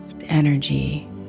energy